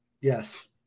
Yes